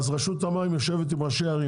אז רשות המים יושבת עם ראשי הערים,